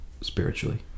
spiritually